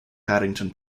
paddington